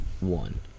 One